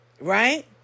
right